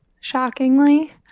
Shockingly